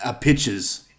pictures